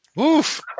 oof